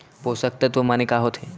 पोसक तत्व माने का होथे?